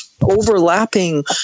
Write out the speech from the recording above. overlapping